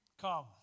come